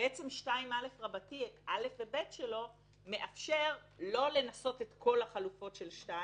סעיף 2א(א) ו- (ב) מאפשר לא לנסות את כל החלופות של 2,